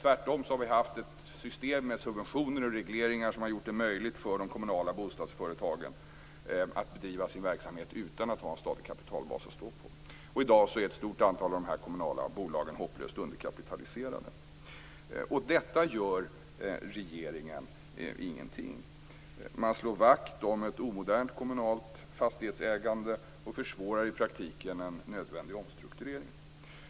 Tvärtom har vi haft ett system med subventioner och regleringar som har gjort det möjligt för de kommunala bostadsföretagen att bedriva sin verksamhet utan att ha en stadig kapitalbas att stå på. I dag är ett stort antal av de kommunala bolagen hopplöst underkapitaliserade. Åt detta gör regeringen ingenting. Man slår vakt om ett omodernt kommunalt fastighetsägande och försvårar i praktiken en nödvändig omstrukturering.